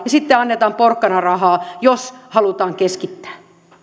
ja sitten annetaan porkkanarahaa jos halutaan keskittää